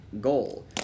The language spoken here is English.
goal